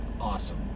Awesome